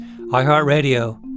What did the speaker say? iHeartRadio